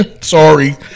Sorry